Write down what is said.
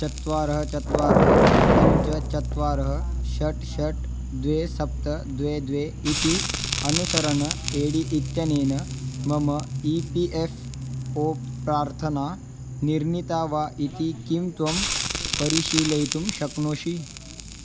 चत्वारि चत्वारि पञ्च चत्वारि षट् षट् द्वे सप्त द्वे द्वे इति अनुसरण ए डी इत्यनेन मम ई पी एफ़् ओ प्रार्थना निर्णीता वा इति किं त्वं परिशीलयितुं शक्नोषि